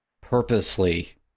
purposely